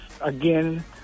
again